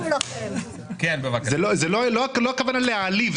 זאת לא הכוונה להעליב.